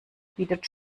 bietet